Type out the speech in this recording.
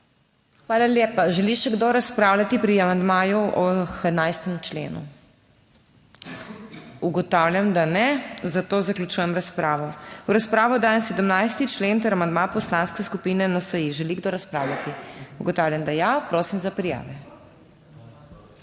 Hvala lepa. Želi še kdo razpravljati pri amandmaju k 11. členu? Ugotavljam, da ne, zato zaključujem razpravo. V razpravo dajem 17. člen ter amandma Poslanske skupine NSi. Želi kdo razpravljati? Ugotavljam, da ja. Prosim za prijave,